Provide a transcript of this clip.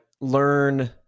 learn